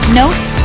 notes